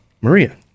Maria